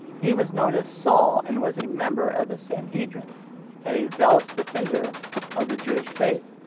he was known as saul and was a member of the sanhedrin and a zealous defender of the jewish faith.